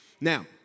Now